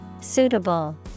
suitable